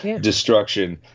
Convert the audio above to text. Destruction